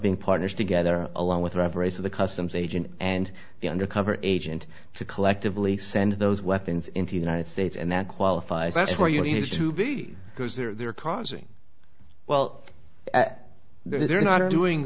being partners together along with reverence of the customs agent and the undercover agent to collectively send those weapons into the united states and that qualifies that's where you need to be because they're causing well they're not doing